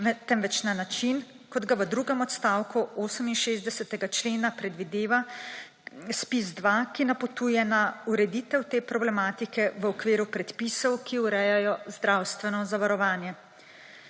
temveč na način, kot ga v drugem odstavku 68. člena predvideva ZPIZ-2, ki napotuje na ureditev te problematike v okviru predpisov, ki urejajo zdravstveno zavarovanje.